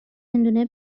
هندونه